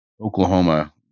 Oklahoma